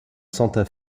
santa